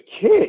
kid